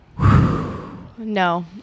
No